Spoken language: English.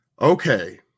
Okay